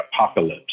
apocalypse